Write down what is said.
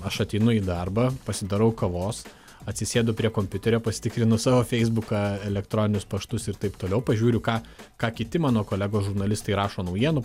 aš ateinu į darbą pasidarau kavos atsisėdu prie kompiuterio pasitikrinu savo feisbuką elektroninius paštus ir taip toliau pažiūriu ką ką kiti mano kolegos žurnalistai rašo naujienų